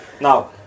now